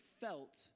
felt